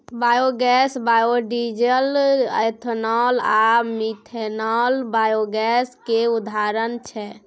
biogas, biodiesel, ethanol आ methanol biogas केर उदाहरण छै